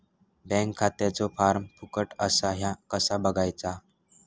Bank खात्याचो form फुकट असा ह्या कसा बगायचा?